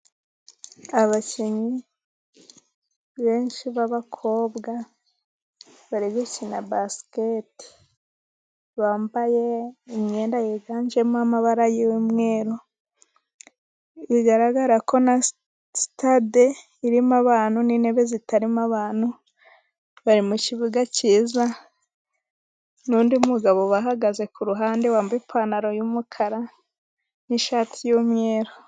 Abakinnyi benshi b'abakobwa bari gukina basket bambaye imyenda yiganjemo amabara yumweru. Bigaragara ko na stade irimo abantu n'intebe zitarimo abantu bari mukibuga cyiza n'undi mugabo wahagaze kuruhande wambaye ipantaro yumukara nishati yumweru.